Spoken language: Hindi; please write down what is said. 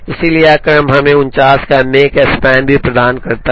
इसलिए यह क्रम हमें 49 का Makespan भी प्रदान करता है